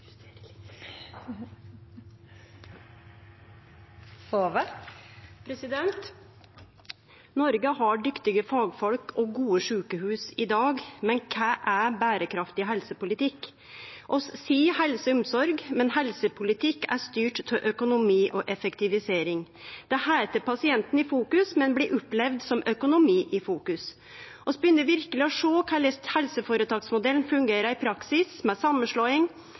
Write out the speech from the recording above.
berekraftig helsepolitikk? Vi seier helse og omsorg, men helsepolitikken er styrt av økonomi og effektivisering. Det heiter pasienten i fokus, men blir opplevd som økonomi i fokus. Vi begynner verkeleg å sjå korleis helseføretaksmodellen fungerer i praksis, med samanslåing,